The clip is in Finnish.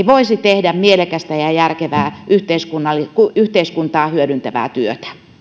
voisi tehdä mielekästä ja ja järkevää yhteiskuntaa hyödyttävää työtä